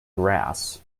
grass